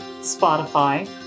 Spotify